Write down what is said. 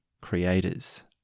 creators